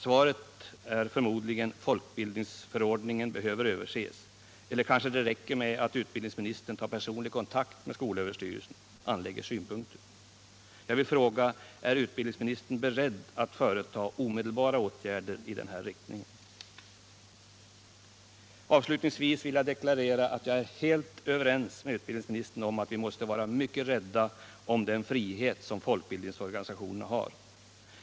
Svaret är förmodligen att folkbildningsförordningen behöver överses — eller kanske det räcker med att utbildningsministern tar personlig kontakt med skolöverstyrelsen och anlägger synpunkter. Jag vill fråga: Är utbildningsministern beredd att företa omedelbara åtgärder i den riktningen? Avslutningsvis vill jag klart deklarera att jag är helt överens med utbildningsministern om att vi måste vara mycket rädda om den frihet som folkbildningsorganisationerna har.